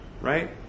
Right